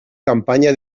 campanya